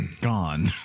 gone